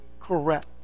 correct